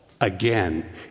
again